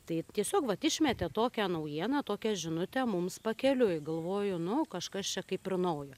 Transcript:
tai tiesiog vat išmetė tokią naujieną tokią žinutę mums pakeliui galvoju nu kažkas čia kaip ir naujo